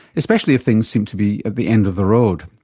especially if things seem to be at the end of the road.